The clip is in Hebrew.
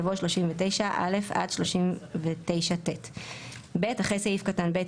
יבוא "39א עד 39ט,"; אחרי סעיף קטן (ב)